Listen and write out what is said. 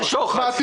מה,